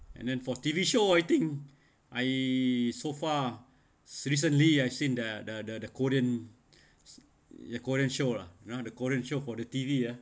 and then for T_V show I think I so far recently I seen the the korean the korean show lah you know the korean show for the T_V ah